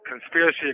conspiracy